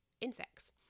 insects